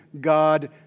God